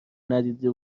ندیده